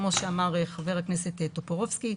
כמו שאמר חבר הכנסת טופורובסקי,